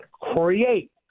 create